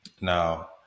now